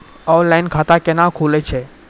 Online खाता केना खुलै छै?